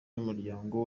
n’umuryango